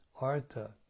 Artha